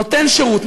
נותן שירות,